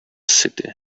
city